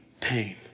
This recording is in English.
pain